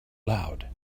loud